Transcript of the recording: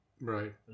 Right